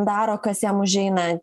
daro kas jam užeina